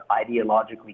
ideologically